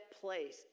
place